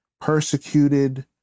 persecuted